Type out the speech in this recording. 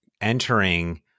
entering